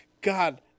God